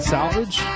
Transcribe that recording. Salvage